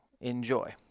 Enjoy